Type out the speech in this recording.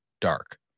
dark